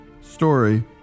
story